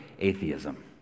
atheism